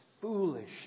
foolish